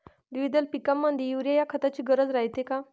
द्विदल पिकामंदी युरीया या खताची गरज रायते का?